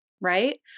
right